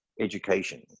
education